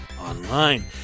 online